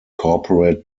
corporate